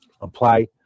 Apply